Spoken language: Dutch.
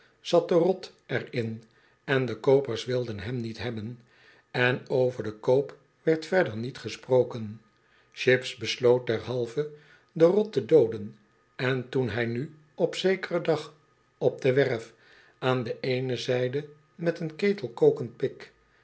zat de rot er in en de koopers wilden hem niet hebben en over den koop werd verder niet gesproken chips besloot derhalve de rot te dooden en toen hij nu op zekeren dag op de werf aan de eene zijde met een ketel kokend pik